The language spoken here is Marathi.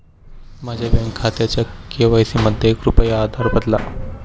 माझ्या बँक खात्याचा के.वाय.सी मध्ये कृपया आधार बदला